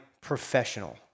professional